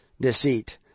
deceit